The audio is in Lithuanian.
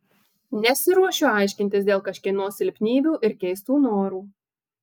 nesiruošiu aiškintis dėl kažkieno silpnybių ir keistų norų